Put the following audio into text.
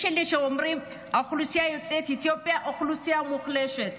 יש כאלה שאומרים שאוכלוסיית יוצאי אתיופיה היא אוכלוסייה מוחלשת.